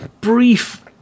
brief